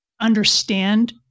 understand